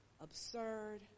absurd